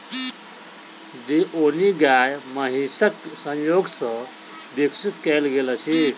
देओनी गाय महीसक संजोग सॅ विकसित कयल गेल अछि